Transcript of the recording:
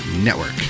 network